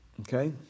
Okay